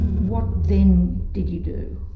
what then did you do?